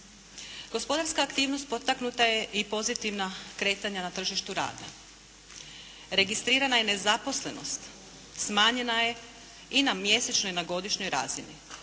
Gospodarska aktivnost potaknuta je i pozitivna kretanja na tržištu rada. Registrirana je nezaposlenost, smanjena je i na mjesečnoj i godišnjoj razini.